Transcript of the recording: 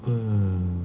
uh